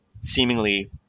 seemingly